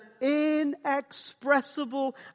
inexpressible